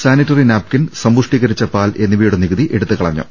sanitary napkin സമ്പുഷ്ടീക രിച്ച പാൽ എന്നിവയുടെ നികുതി എടുത്തുകളഞ്ഞു